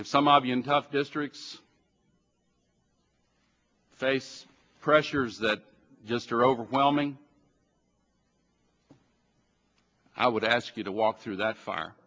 in tough districts face pressures that just are overwhelming i would ask you to walk through that far